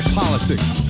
politics